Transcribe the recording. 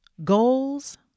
Goals